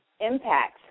impacts